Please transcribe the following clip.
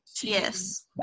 Yes